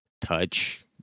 Touch